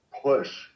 push